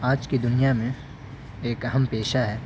آج کی دنیا میں ایک اہم پیشہ ہے